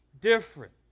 different